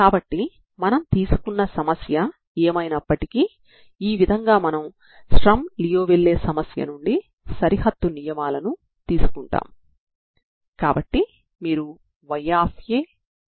కాబట్టి మీరు తరంగ సమీకరణాన్ని కలిగి ఉన్నారు మరియు ప్రారంభంలో బాహ్య శక్తి లేదు దీనినే మీరు కలిగి ఉన్నారు